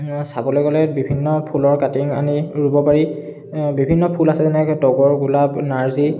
চাবলৈ গ'লে বিভিন্ন ফুলৰ কাটিং আনি ৰুব পাৰি বিভিন্ন ফুল আছে যেনেকৈ তগৰ গুলাপ নাৰ্জি